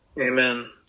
Amen